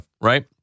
right